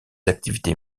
activités